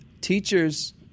Teachers